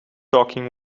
talking